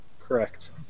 Correct